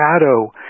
shadow